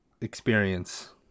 experience